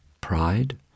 pride